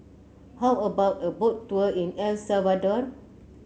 how about a Boat Tour in El Salvador